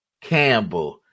Campbell